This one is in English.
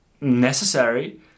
necessary